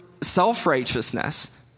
self-righteousness